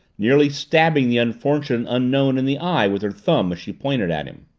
nearly stabbing the unfortunate unknown in the eye with her thumb as she pointed at him.